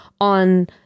on